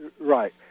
Right